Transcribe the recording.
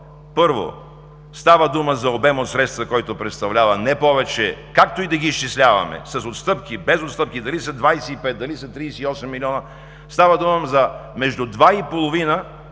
Първо, става дума за обем от средства, който представлява не повече, както и да ги изчисляваме – с отстъпки, без отстъпки, дали са 25, дали са 38 милиона – става дума за между 2,5% и